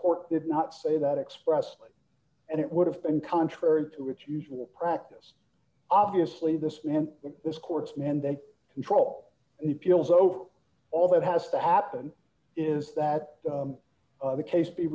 court did not say that express and it would have been contrary to what usual practice obviously this man is courts man that control and appeals over all that has to happen is that the case be